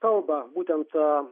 kalba būtent to